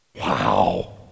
Wow